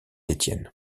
étienne